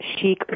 chic